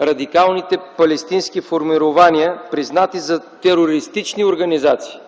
радикалните палестински формирования, признати за терористични организации.